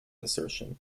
assertion